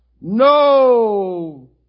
no